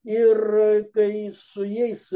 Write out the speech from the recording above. ir kai su jais